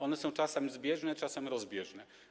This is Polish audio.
One są czasem zbieżne, czasem rozbieżne.